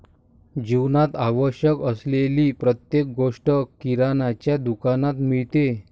जीवनात आवश्यक असलेली प्रत्येक गोष्ट किराण्याच्या दुकानात मिळते